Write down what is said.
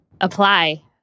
apply